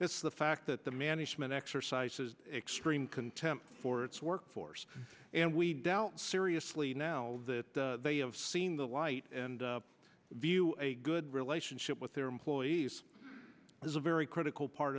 it's the fact that the management exercises extreme contempt for its workforce and we doubt seriously now that they have seen the light and view a good relationship with their employees is a very critical part